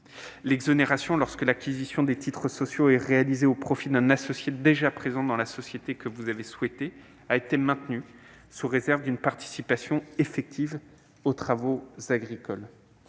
prévoir lorsque l'acquisition des titres sociaux est réalisée au profit d'un associé déjà présent dans la société a été maintenue, sous réserve d'une participation effective aux travaux agricoles.